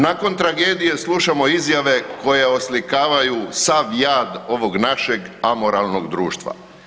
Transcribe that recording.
Nakon tragedije, slušamo izjave koje oslikavaju sav jad ovog našeg amoralnog društva.